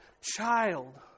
child